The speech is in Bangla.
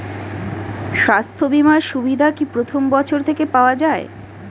স্বাস্থ্য বীমার সুবিধা কি প্রথম বছর থেকে পাওয়া যায়?